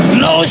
no